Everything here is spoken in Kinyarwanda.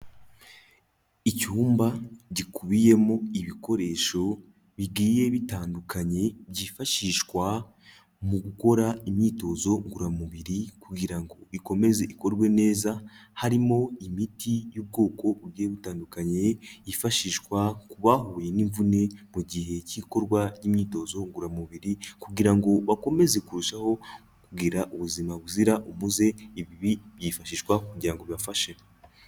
Icyumba gikubiyemo ibikoresho bigiye bitandukanye byifashishwa mu gukora imyitozo ngoramubiri kugira ngo ikomeze ikorwe neza, harimo imiti y'ubwoko bugiye butandukanye yifashishwa ku bahuye n'imvune mu gihe cy'ikorwa ry'imyitozo ngororamubiri kugira ngo bakomeze kurushaho kugira ubuzima buzira umuze, ibi byifashishwa kugira ngo bibafashe.